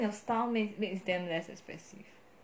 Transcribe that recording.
I think your style makes makes them less expressive